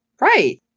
Right